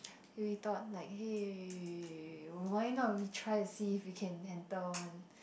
we thought like hey why not we try to see if we can enter one